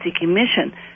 emission